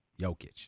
Jokic